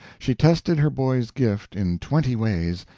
she tested her boy's gift in twenty ways,